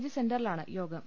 G സെന്ററിലാണ് യോഗം